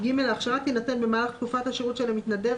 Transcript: ההכשרה תינתן במהלך תקופת השירות של המתנדב,